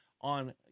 on